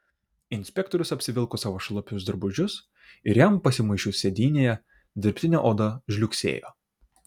inspektorius apsivilko savo šlapius drabužius ir jam pasimuisčius sėdynėje dirbtinė oda žliugsėjo